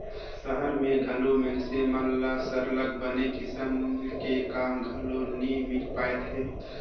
सहर में घलो मइनसे मन ल सरलग बने किसम के काम घलो नी मिल पाएत हे